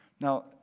Now